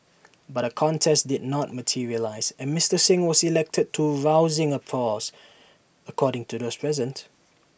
but A contest did not materialise and Mister Singh was elected to rousing applause according to those present